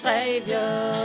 Savior